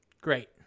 Great